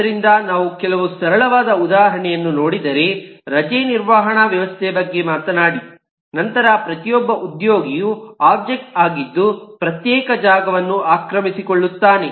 ಆದ್ದರಿಂದ ನಾವು ಕೆಲವು ಸರಳವಾದ ಉದಾಹರಣೆಯನ್ನು ನೋಡಿದರೆ ರಜೆ ನಿರ್ವಹಣಾ ವ್ಯವಸ್ಥೆಯ ಬಗ್ಗೆ ಮಾತನಾಡಿ ನಂತರ ಪ್ರತಿಯೊಬ್ಬ ಉದ್ಯೋಗಿಯು ಒಬ್ಜೆಕ್ಟ್ ಆಗಿದ್ದು ಪ್ರತ್ಯೇಕ ಜಾಗವನ್ನು ಆಕ್ರಮಿಸಿಕೊಳ್ಳುತ್ತಾನೆ